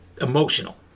emotional